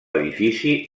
edifici